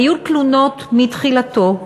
היו תלונות מתחילתו,